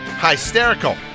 hysterical